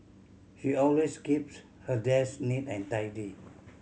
she always keeps her desk neat and tidy